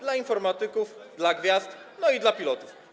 dla informatyków, dla gwiazd, no i dla pilotów.